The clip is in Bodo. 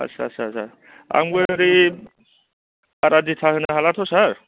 आच्छा आच्छा आच्छा सार आंबो ओरै बारा दिथा होनो हालाथ' सार